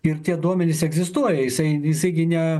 ir tie duomenys egzistuoja jisai jisai gi ne